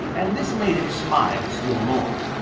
and this made him smile still more.